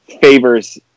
favors